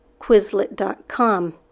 quizlet.com